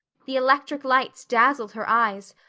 the electric lights dazzled her eyes,